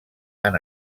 han